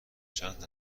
چند